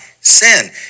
sin